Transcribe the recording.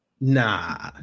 nah